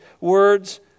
words